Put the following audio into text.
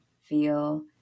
feel